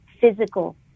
physical